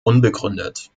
unbegründet